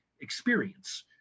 experience